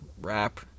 Rap